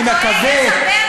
אתה טועה.